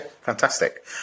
fantastic